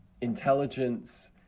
intelligence